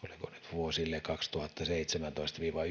vuosille kaksituhattaseitsemäntoista viiva